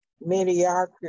mediocre